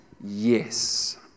Yes